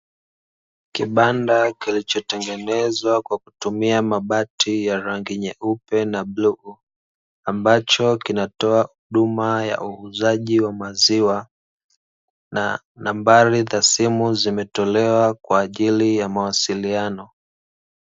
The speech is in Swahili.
Kibanda kilichotengenezwa kwa kutumia mabati ya rangi nyeupe na bluu ambacho kinatoa huduma ya uuzaji wa maziwa, na nambari za simu zimetolewa kwa ajili ya mawasiliano.